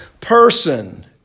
person